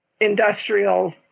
industrial